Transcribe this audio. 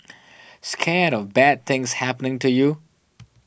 scared of bad things happening to you